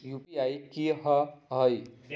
UPI कि होअ हई?